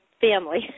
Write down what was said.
family